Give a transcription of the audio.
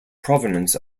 provenance